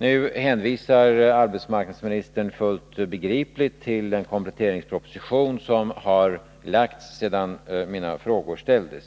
Nu hänvisar arbetsmarknadsministern, fullt begripligt, till den kompletteringsproposition som har lagts fram sedan mina frågor ställdes.